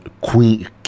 queen